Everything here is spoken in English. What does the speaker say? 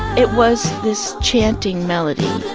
it was this chanting melody